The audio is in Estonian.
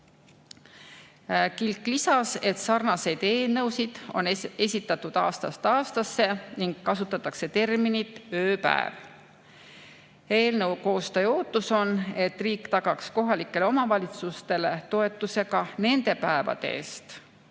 Kilk lisas, et sarnaseid eelnõusid on esitatud aastast aastasse ning kasutatakse terminit "ööpäev". Eelnõu koostaja ootus on, et riik tagaks kohalikele omavalitsustele toetuse ka nende päevade eest